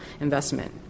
investment